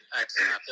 excellent